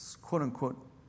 quote-unquote